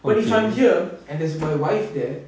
but if I'm here and there's my wife there